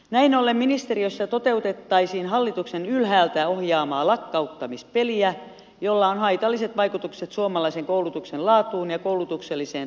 näin ollen ministeriössä toteutettaisiin hallituksen ylhäältä ohjaamaa lakkauttamispeliä jolla on haitalliset vaikutukset suomalaisen koulutuksen laatuun ja koulutukselliseen tasa arvoon